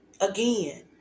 Again